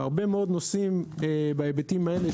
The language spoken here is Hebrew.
והרבה מאוד נושאים בהיבטים האלה,